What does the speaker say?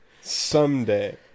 Someday